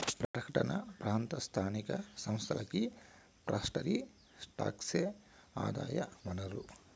పట్టణ ప్రాంత స్థానిక సంస్థలకి ప్రాపర్టీ టాక్సే ఆదాయ వనరు